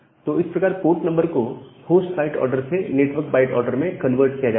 तो इस प्रकार पोर्ट नंबर को होस्ट बाइट ऑर्डर से नेटवर्क बाइट ऑर्डर में कन्वर्ट किया जाता है